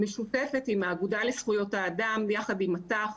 משותפת עם האגודה לזכויות האדם ביחד עם מט"ח,